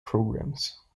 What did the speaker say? programs